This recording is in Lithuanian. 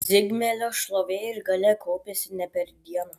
zigmelio šlovė ir galia kaupėsi ne per dieną